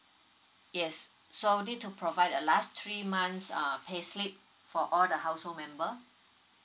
yes so need to provide the last three months uh payslip for all the household member